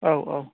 औ औ